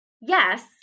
Yes